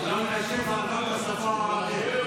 עמיתיי חברי הכנסת וחברות הכנסת, הצעת חוק צודקת